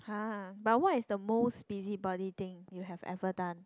!huh! but what is the most busybody thing you have ever done